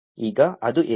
ಈಗ ಅದು ಏಕೆ